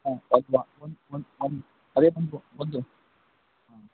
ಹಾಂ one one one ಅದೇ ಒಂದು ಹಾಂ